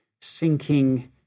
sinking